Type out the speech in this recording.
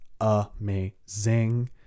amazing